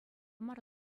мар